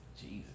Jesus